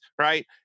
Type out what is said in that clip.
right